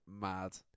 mad